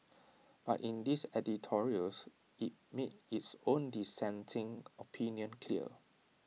but in its editorials IT made its own dissenting opinion clear